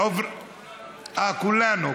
אה, כולנו,